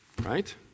Right